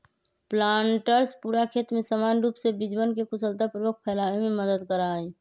planters पूरा खेत में समान रूप से बीजवन के कुशलतापूर्वक फैलावे में मदद करा हई